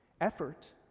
effort